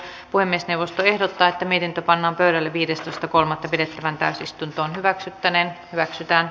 puhemiesneuvosto ehdottaa mihin pannaan pöydälle viidestoista kolmatta pidettävään täysistuntoon hyväksyttäneen hyväksytään